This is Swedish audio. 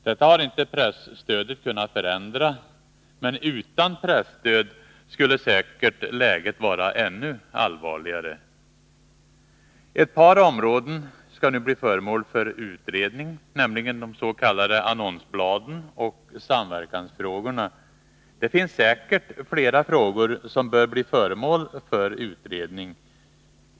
Detta har inte presstödet kunnat förändra, men utan presstöd skulle säkert läget vara ännu allvarligare. Ett par områden skall nu bli föremål för utredning, nämligen de s.k. annonsbladen och samverkansfrågorna. Det finns säkert flera frågor som bör bli föremål för utredning.